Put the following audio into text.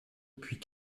puis